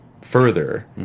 further